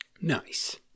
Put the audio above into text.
nice